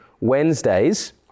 Wednesdays